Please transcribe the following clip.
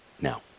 now